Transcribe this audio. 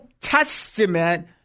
Testament